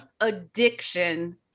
addiction